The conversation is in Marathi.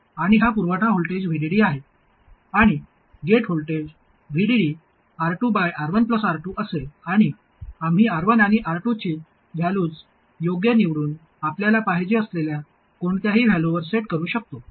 आणि हा पुरवठा व्होल्टेज VDD आहे आणि gate voltage VDD R2R1 R2 असेल आणि आम्ही R1 आणि R2 ची व्हॅल्यूज योग्य निवडून आपल्याला पाहिजे असलेल्या कोणत्याही व्हॅल्यूवर सेट करू शकतो